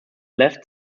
left